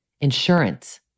insurance